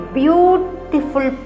beautiful